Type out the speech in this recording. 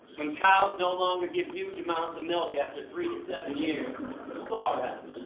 when cows no longer give huge amounts of milk after three to seven years slaughterhouse,